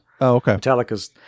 Metallica's